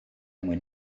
mwyn